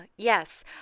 Yes